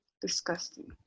Disgusting